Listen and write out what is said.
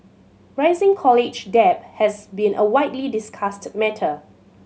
rising college debt has been a widely discussed matter